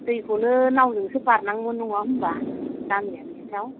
दैखौनो नावजोंसो बारनांगौमोन नङा होनबा गामिया नोंसिना